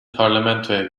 parlamentoya